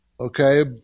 Okay